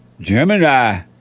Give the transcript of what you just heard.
gemini